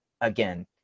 Again